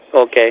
Okay